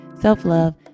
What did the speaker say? self-love